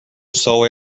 sol